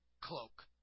cloak